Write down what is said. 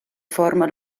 forma